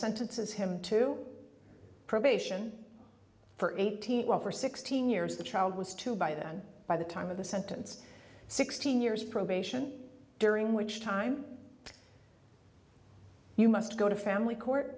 sentences him to probation for eighteen well for sixteen years the child was two by then by the time of the sentence sixteen years probation during which time you must go to family court